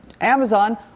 Amazon